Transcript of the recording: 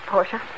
Portia